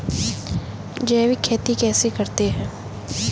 जैविक खेती कैसे करते हैं?